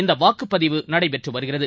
இந்தவாக்குப்பதிவு நடைபெற்றுவருகிறது